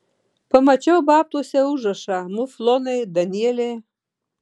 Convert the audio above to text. pamačiau babtuose užrašą muflonai danieliai